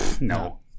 No